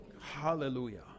Hallelujah